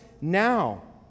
now